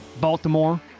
Baltimore